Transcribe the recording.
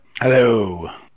Hello